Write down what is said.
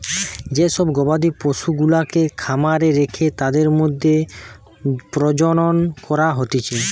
যে সব গবাদি পশুগুলাকে খামারে রেখে তাদের মধ্যে প্রজনন করা হতিছে